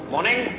Morning